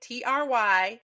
try